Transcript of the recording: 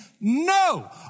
No